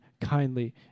kindly